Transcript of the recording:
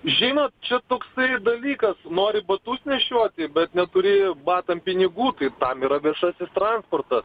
žinot čia toksai dalykas nori batus nešioti bet neturi batam pinigų tai tam yra viešasis transportas